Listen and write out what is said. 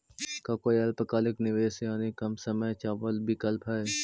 का कोई अल्पकालिक निवेश यानी कम समय चावल विकल्प हई?